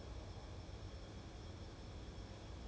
ya ya ya sounds very familiar eh 以前每次我们没有